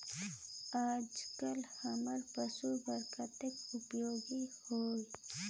अंजोला हमर पशु बर कतेक उपयोगी हवे?